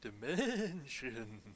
dimension